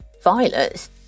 violets